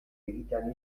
evitan